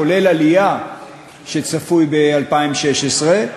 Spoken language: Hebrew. כולל עלייה שצפויה ב-2016,